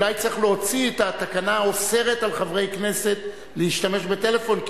אולי צריך להוציא את התקנה האוסרת על חברי כנסת להשתמש בטלפון,